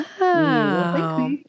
wow